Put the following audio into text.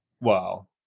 Wow